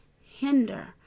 hinder